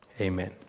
Amen